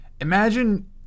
Imagine